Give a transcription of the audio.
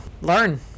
learn